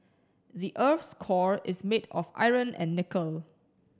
the earth's core is made of iron and nickel